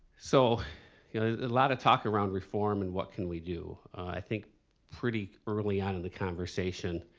so a lot of talk around reform and what can we do. i think pretty early on in the conversation,